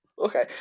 Okay